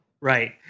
Right